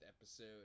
episode